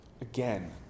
Again